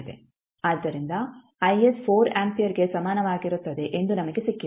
ಆದ್ದರಿಂದ ಇದರರ್ಥ ಸರ್ಕ್ಯೂಟ್ನಲ್ಲಿ 4 ಆಂಪಿಯರ್ ಆಗಿದೆ ಆದ್ದರಿಂದ 4 ಆಂಪಿಯರ್ಗೆ ಸಮಾನವಾಗಿರುತ್ತದೆ ಎಂದು ನಮಗೆ ಸಿಕ್ಕಿತು